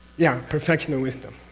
yeah. perfection of wisdom.